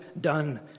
done